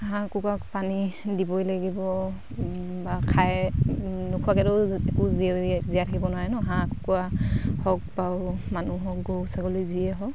হাঁহ কুকুৰাক পানী দিবই লাগিব বা খাই নোখোৱাকৈতো একো জীৱই জীয়াই থাকিব নোৱাৰে ন হাঁহ কুকুৰা হওক বা মানুহ হওক গৰু ছাগলী যিয়ে হওক